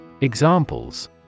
Examples